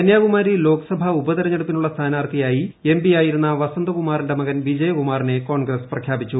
കന്യാകുമാരി ലോക്സഭാ ഉപതെരഞ്ഞെടു പ്പിനുള്ള സ്ഥാനാർത്ഥിയായി എംപി യ്യായിരുന്ന വസന്തകുമാറിന്റെ മകൻ വിജയകുമാറിനെ കോൺഗ്ഗ്സ് ്പ്രഖ്യാപിച്ചു